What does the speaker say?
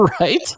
Right